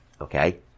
okay